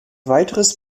weiteres